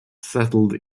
settled